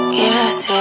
Yes